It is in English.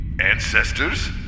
ancestors